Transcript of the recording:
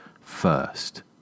first